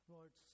Lord